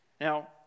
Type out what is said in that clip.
Now